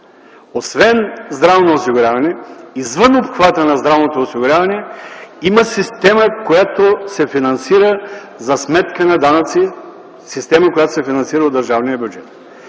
Освен здравно осигуряване, извън обхвата на здравното осигуряване има система, която се финансира за сметка на данъци, система, която се финансира от държавния бюджет.